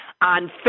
on